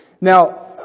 Now